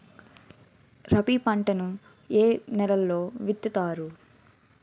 రబీ పంటలను ఏ నెలలో విత్తుతారు?